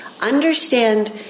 Understand